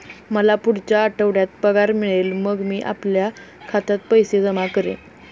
मला पुढच्या आठवड्यात पगार मिळेल मग मी आपल्या खात्यात पैसे जमा करेन